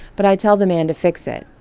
but i tell the man to fix it.